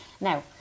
now